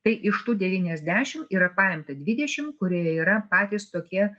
tai iš tų devyniasdešim yra paimta dvidešim kurie ir yra patys tokie